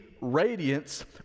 radiance